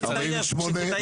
הסתייגות 48 לא התקבלה.